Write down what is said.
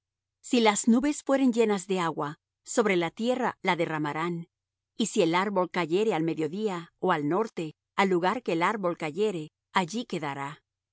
si las nubes fueren llenas de agua sobre la tierra la derramarán y si el árbol cayere al mediodía ó al norte al lugar que el árbol cayere allí quedará